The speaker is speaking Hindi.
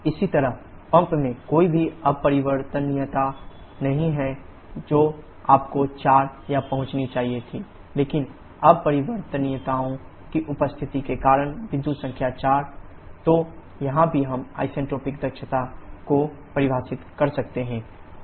इसी तरह पंप में कोई भी अपरिवर्तनीयता नहीं है जो आपको 4 पर पहुंचनी चाहिए थी लेकिन अपरिवर्तनीयताओं की उपस्थिति के कारण बिंदु संख्या 4 तो यहां भी हम आइसेंट्रोपिक दक्षता को परिभाषित कर सकते हैं